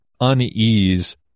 unease